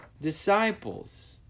disciples